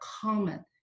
common